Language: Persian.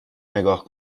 نگاه